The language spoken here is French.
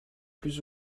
plus